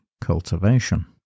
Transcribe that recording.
cultivation